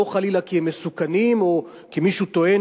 לא חלילה כי הם מסוכנים או כי מישהו טוען